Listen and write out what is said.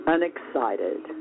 Unexcited